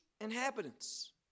inhabitants